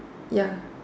ya